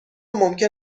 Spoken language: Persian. ممکن